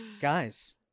Guys